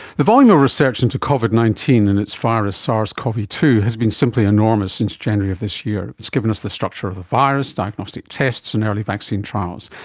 the volume of research into covid nineteen and it's virus sars cov two has been simply enormous sets and january of this year. it's given us the structure of the virus, diagnostic tests and early vaccine trials.